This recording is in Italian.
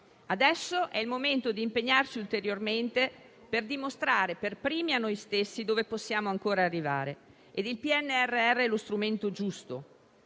Adesso è il momento di impegnarsi ulteriormente per dimostrare per primi a noi stessi dove possiamo ancora arrivare ed il PNRR è lo strumento giusto.